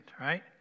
right